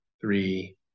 three